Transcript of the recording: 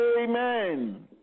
Amen